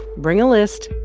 bring a list,